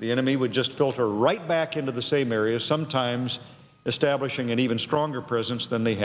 the enemy would just filter right back into the same area sometimes establishing an even stronger presence than they